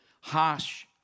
harsh